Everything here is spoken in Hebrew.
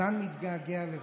מתן מתגעגע לזה.